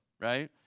right